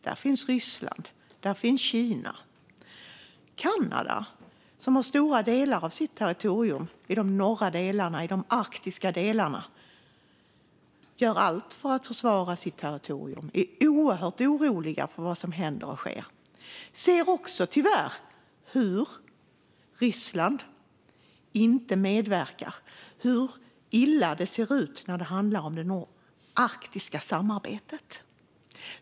Där finns Ryssland och Kina. Kanada som har stora delar av sitt territorium i de norra delarna, i de arktiska delarna, gör allt för att försvara sitt territorium och är oerhört oroliga för vad som händer och sker. Och Kanada ser också tyvärr att Ryssland inte medverkar och hur illa det ser ut när det handlar om det arktiska samarbetet.